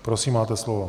Prosím, máte slovo.